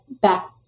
back